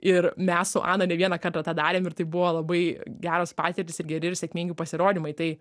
ir mes su ana ne vieną kartą tą darėm ir tai buvo labai geros patirtys ir geri ir sėkmingi pasirodymai tai